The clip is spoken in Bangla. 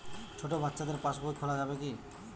ছোট বাচ্চাদের পাশবই খোলা যাবে কি?